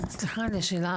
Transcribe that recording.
סליחה על השאלה,